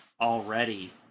already